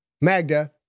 Magda